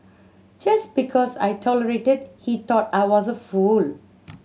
just because I tolerated he thought I was a fool